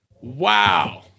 Wow